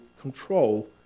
control